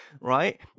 right